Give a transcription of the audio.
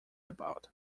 about